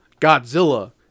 Godzilla